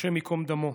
השם ייקום דמו.